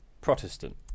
Protestant